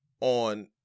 on